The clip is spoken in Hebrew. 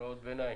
הוראות ביניים.